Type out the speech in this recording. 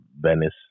Venice